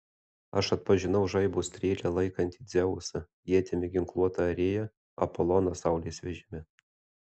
aš atpažinau žaibo strėlę laikantį dzeusą ietimi ginkluotą arėją apoloną saulės vežime